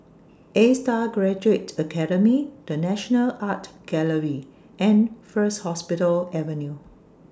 A STAR Graduate Academy The National Art Gallery and First Hospital Avenue